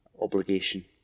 obligation